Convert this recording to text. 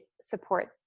support